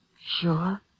Sure